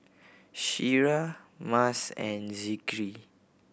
Syirah Mas and Zikri